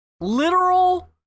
literal